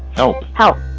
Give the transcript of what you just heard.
oh how.